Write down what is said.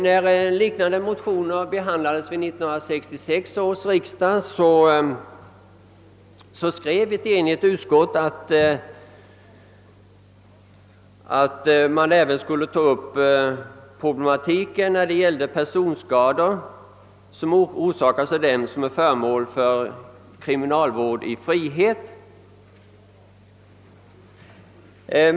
När liknande motioner behandlades vid 1966 års riksdag skrev ett enigt utskott att man även skulle ta upp problematiken när det gällde personskador som orsakas av dem som är föremål för kriminalvård i frihet.